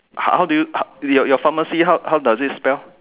how do your pharmacy how does it spell